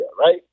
right